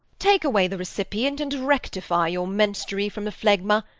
take away the recipient, and rectify your menstrue from the phlegma.